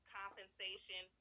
compensation